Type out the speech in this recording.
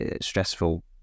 stressful